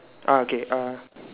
ah okay ah